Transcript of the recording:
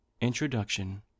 Introduction